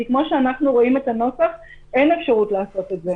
כי כמו שאנחנו רואים את הנוסח אין אפשרות לעשות את זה.